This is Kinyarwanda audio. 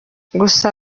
gusa